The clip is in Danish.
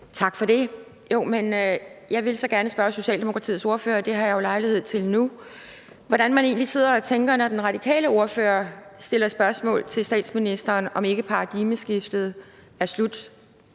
Tak for det. Jeg vil så gerne spørge Socialdemokratiets ordfører – det har jeg jo lejlighed til nu – hvad man egentlig sidder og tænker, når den radikale ordfører stiller spørgsmål til statsministeren, i forhold til om ikke paradigmeskiftet er slut,